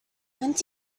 did